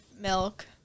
milk